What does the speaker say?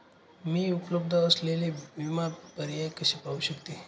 मी उपलब्ध असलेले विमा पर्याय कसे पाहू शकते?